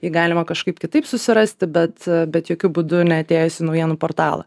jį galima kažkaip kitaip susirasti bet bet jokiu būdu neatėjus į naujienų portalą